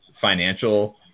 financial